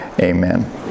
Amen